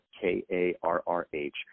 K-A-R-R-H